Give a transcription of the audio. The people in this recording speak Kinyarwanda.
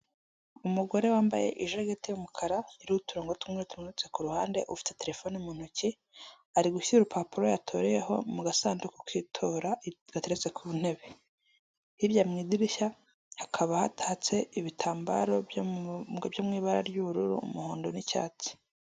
Umugore wambaye ijagete y'umukara iriho uturongo t'umweru tumanutse ku ruhande ufite telefone mu ntoki, ari gushyira urupapuro yatoreyeho mu gasanduku k'itora gateretse ku ntebe, hirya mu idirishya hakaba hatatse ibitambaro byo mu ibara ry'ubururu, umuhondo n'icyatsi.